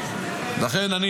לכן אני